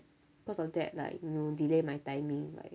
cause of that like you know delay my timing like